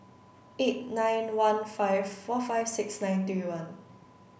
eight nine one five four five six nine three one